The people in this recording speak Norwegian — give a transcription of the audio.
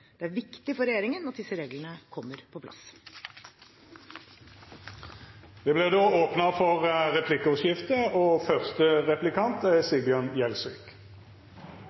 Det er viktig for regjeringen at disse reglene kommer på plass. Det vert replikkordskifte. Jeg takker statsråden for innlegget og